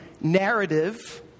narrative